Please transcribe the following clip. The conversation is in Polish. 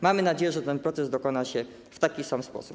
Mamy nadzieję, że ten proces dokona się w takim sam sposób.